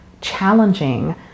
challenging